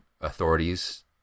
authorities